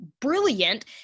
brilliant